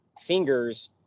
fingers